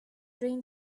dream